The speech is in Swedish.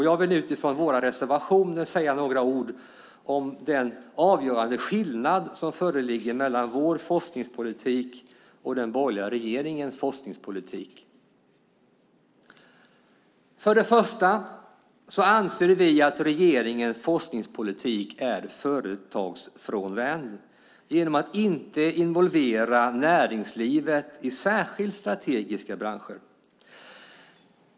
Jag vill nu utifrån våra reservationer säga några ord om den avgörande skillnad som föreligger mellan vår forskningspolitik och den borgerliga regeringens. För det första anser vi att regeringens forskningspolitik är företagsfrånvänd genom att inte involvera näringslivet i särskilt strategiska branscher.